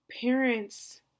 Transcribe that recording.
parents